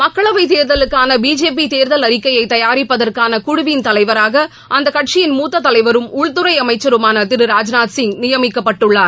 மக்களவை தேர்தலுக்கான பிஜேபி தேர்தல் அறிக்கையை தயாரிப்பதற்கான குழுவின் தலைவராக அந்த கட்சியின் மூத்த தலைவரும் உள்துறை அமைச்சருமான திரு ராஜ்நாத் சிங் நியமிக்கப்பட்டுள்ளார்